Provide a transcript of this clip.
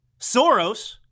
Soros